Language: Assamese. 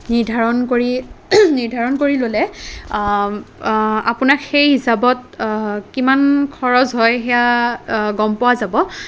নিৰ্ধাৰণ কৰি নিৰ্ধাৰণ কৰি ল'লে আপোনাক সেই হিচাপত কিমান খৰচ হয় সেয়া গম পোৱা যাব